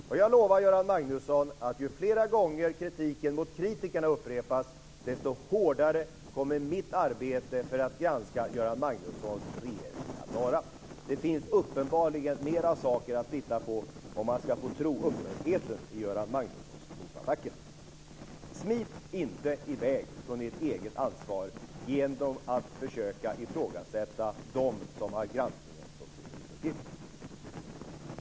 Jag lovar Göran Magnusson att ju flera gånger kritiken mot kritikerna upprepas desto hårdare kommer mitt arbete för att granska Göran Magnussons regering att vara. Det finns uppenbarligen flera saker att titta på att döma av upprördheten i Göran Magnussons motattacker. Smit inte i väg från ert eget ansvar genom att försöka ifrågasätta dem som har granskningen som sin huvuduppgift!